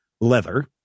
leather